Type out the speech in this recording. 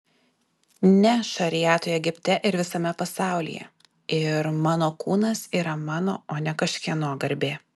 ne šariatui egipte ir visame pasaulyje ir mano kūnas yra mano o ne kažkieno garbė